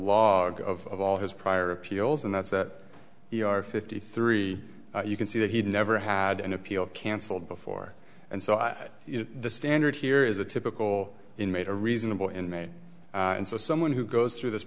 log of all his prior appeals and that's that you are fifty three you can see that he'd never had an appeal canceled before and so i had the standard here is a typical inmate a reasonable inmate and so someone who goes through this